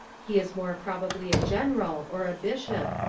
he is more probably a general, or a bishop,